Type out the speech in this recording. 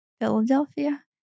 Philadelphia